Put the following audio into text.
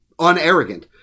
unarrogant